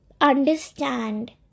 understand